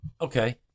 Okay